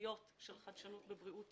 החיוביות של חדשנות בבריאות